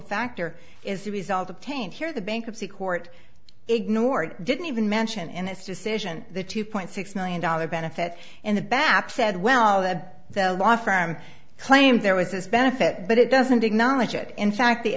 factor is the result obtained here the bankruptcy court ignored didn't even mention in its decision the two point six million dollars benefit in the bath said well the law firm claimed there was this benefit but it doesn't acknowledge it in fact the